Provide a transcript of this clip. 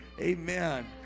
Amen